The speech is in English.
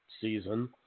season